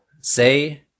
say